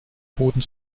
boden